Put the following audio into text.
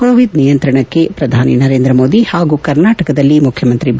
Covid ನಿಯಂತ್ರಣಕ್ಕೆ ಪ್ರಧಾನಿ ನರೇಂದ್ರ ಮೋದಿ ಹಾಗೂ ಕರ್ನಾಟಕದಲ್ಲಿ ಮುಖ್ಯಮಂತ್ರಿ ಬಿ